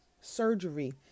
surgery